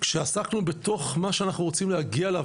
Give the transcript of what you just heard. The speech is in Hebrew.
כשעסקנו בתוך מה שאנחנו רוצים להגיע אליו